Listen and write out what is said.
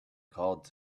called